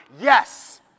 Yes